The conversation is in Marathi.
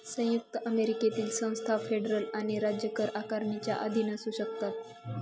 संयुक्त अमेरिकेतील संस्था फेडरल आणि राज्य कर आकारणीच्या अधीन असू शकतात